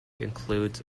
includes